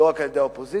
לא רק על-ידי האופוזיציה,